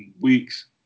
weeks